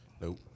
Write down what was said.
Nope